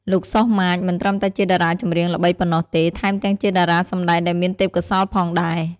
លោក សុះ ម៉ាច មិនត្រឹមតែជាតារាចម្រៀងល្បីប៉ុណ្ណោះទេ ថែមទាំងជាតារាសម្តែងដែលមានទេពកោសល្យផងដែរ។